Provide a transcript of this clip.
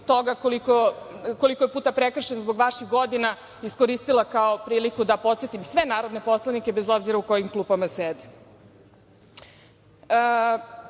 toga koliko je puta prekršen zbog vaših godina, iskoristila kao priliku da podsetim sve narodne poslanike, bez obzira u kojim klupama